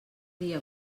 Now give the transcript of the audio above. dia